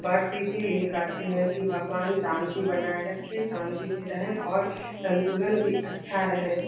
व्रत इसीलिए करते है कि भागवान शांति बनाए रखे शांति से रहें और संतुलन भी अच्छा रहे